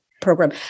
program